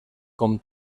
com